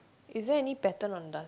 is there any pattern on the